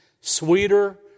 sweeter